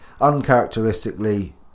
uncharacteristically